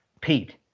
Pete